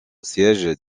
siège